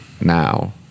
now